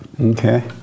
Okay